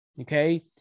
okay